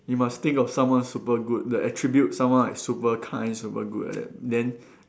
you must think of someone super good the attribute someone like super kind super good like that then